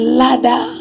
ladder